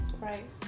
Right